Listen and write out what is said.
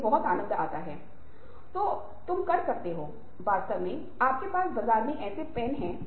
तो यह एक बहुत ही नकारात्मक भावना नकारात्मक संदेश देता है